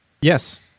Yes